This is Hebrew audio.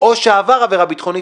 או שעבר עבירה ביטחונית,